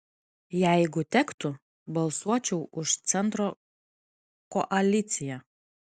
jeigu tektų balsuočiau už centro koaliciją